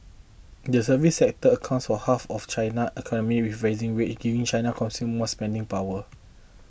the service sector accounts all half of China economy with rising wage giving China consumers more spending power